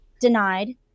denied